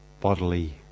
bodily